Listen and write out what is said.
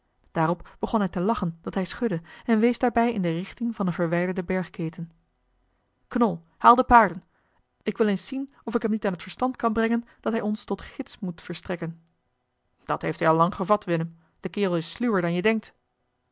begon hij te lachen dat eli heimans willem roda hij schudde en wees daarbij in de richting van eene verwijderde bergketen knol haal de paarden ik wil eens zien of ik hem niet aan het verstand kan brengen dat hij ons tot gids moet verstrekken dat heeft hij al lang gevat willem de kerel is sluwer dan je denkt